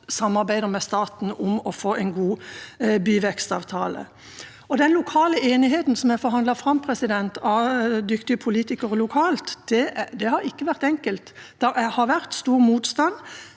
samarbeider med staten om å få en god byvekstavtale. Den lokale enigheten som er forhandlet fram av dyktige politikere lokalt, har ikke vært enkel. Det har vært stor motstand,